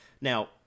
Now